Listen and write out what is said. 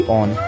on